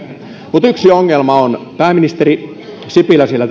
mutta yksi ongelma on pääministeri sipilä siellä